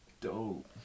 Dope